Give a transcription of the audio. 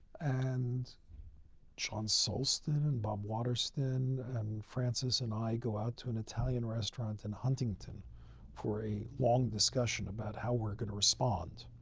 and john sulston and bob waterston and francis and i go out to an italian restaurant in huntington for a long discussion about how we're going to respond.